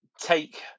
take